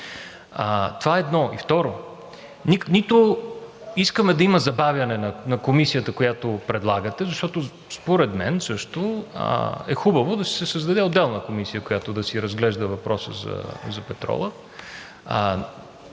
Това едно. И второ, нито искаме да има забавяне на комисията, която предлагате, защото според мен също е хубаво да си се създаде отделна комисия, която да си разглежда въпроса за петрола